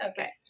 Okay